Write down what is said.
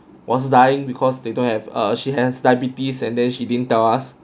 was dying because they don't have err she has diabetes and then she didn't tell us